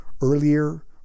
earlier